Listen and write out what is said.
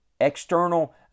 external